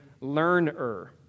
learner